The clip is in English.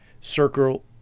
Circle